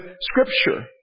Scripture